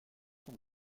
sont